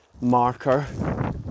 marker